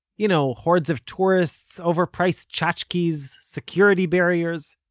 you know, hordes of tourists, overpriced chachkes, security barriers.